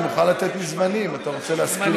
אני מוכן לתת מזמני אם אתה רוצה להשכיל אותנו.